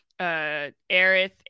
Aerith